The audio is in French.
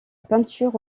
peinture